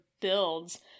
builds